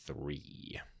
three